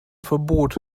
verbot